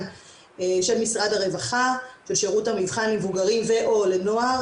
של משרד הרווחה ושירות המבחן למבוגרים ו/או לנוער,